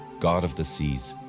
god of the seas.